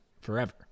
forever